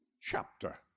Chapter